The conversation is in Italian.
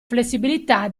flessibilità